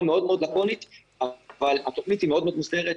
מאוד לקונית אבל התוכנית היא מאוד מסודרת.